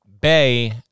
Bay